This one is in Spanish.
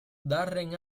darren